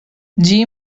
jim